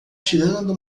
tirando